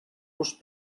los